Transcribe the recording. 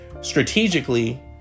strategically